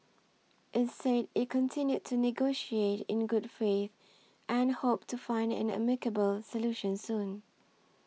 it said it continued to negotiate in good faith and hoped to find an amicable solution soon